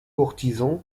courtisan